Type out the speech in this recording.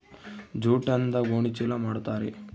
ಜೂಟ್ಯಿಂದ ಗೋಣಿ ಚೀಲ ಮಾಡುತಾರೆ